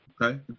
Okay